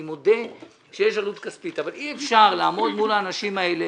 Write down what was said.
אני מודה שיש עלות כספית אבל אי אפשר לעמוד מול האנשים האלה